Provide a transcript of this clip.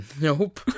Nope